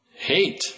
hate